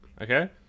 Okay